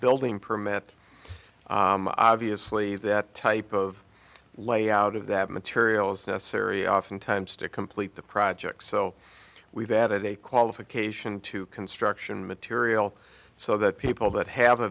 building permit obviously that type of layout of that materials necessary oftentimes to complete the project so we've added a qualification to construction material so that people that have a